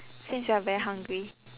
since you are very hungry